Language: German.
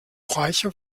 reicher